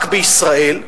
רק בישראל,